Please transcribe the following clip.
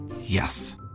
Yes